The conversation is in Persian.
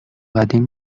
قدیم